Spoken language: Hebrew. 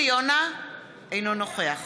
אינו נוכח